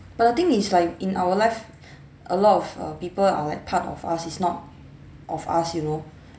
but the thing is like in our life a lot of err people are like part of us is not of us you know